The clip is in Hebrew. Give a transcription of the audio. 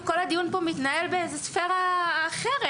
כל הדיון כאן מתנהל בספרה אחרת,